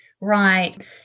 Right